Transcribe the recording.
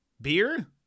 beer